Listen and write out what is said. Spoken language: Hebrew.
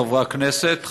חברי הכנסת,